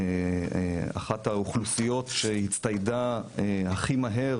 אחת האוכלוסיות שהצטיידה הכי מהר